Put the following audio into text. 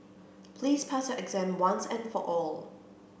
please pass your exam once and for all